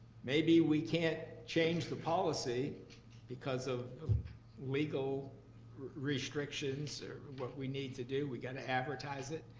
maybe we can't change the policy because of legal restrictions, what we need to do. we gotta advertise it.